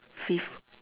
fifth